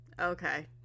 okay